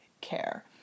care